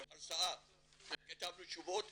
קיבלנו תשובות